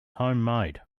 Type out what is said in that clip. homemade